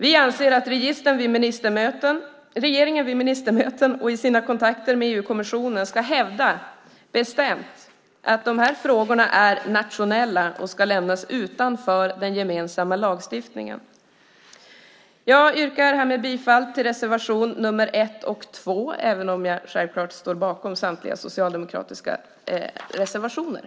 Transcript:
Vi anser att regeringen vid ministermöten och i sina kontakter med EU-kommissionen ska hävda bestämt att dessa frågor är nationella och ska lämnas utanför den gemensamma lagstiftningen. Jag yrkar härmed bifall till reservationerna nr 1 och 2, även om jag självklart står bakom samtliga socialdemokratiska reservationer.